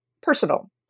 personal